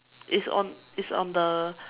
it's on it's on the